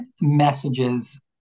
messages